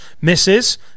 misses